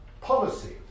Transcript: policy